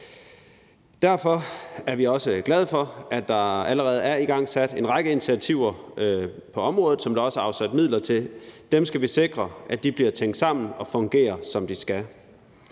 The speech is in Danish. Derfor er vi også glade for, at der allerede er igangsat en række initiativer på området, som der også er afsat midler til. Dem skal vi sikre bliver tænkt sammen, og vi skal